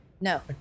no